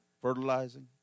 Fertilizing